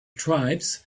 tribes